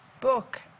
book